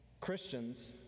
Christians